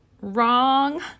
Wrong